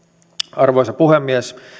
arvoisa puhemies